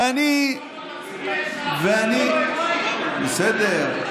אדוני השר, מצביעי ש"ס, בסדר,